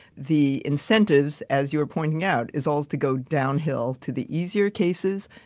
the incentives, as you were pointing out, is always to go downhill to the easier cases,